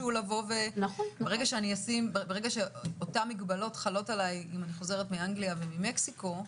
ברגע שאותן מגבלות חלות עליי כשאני חוזרת מאנגליה וממקסיקו,